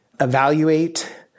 evaluate